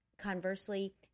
Conversely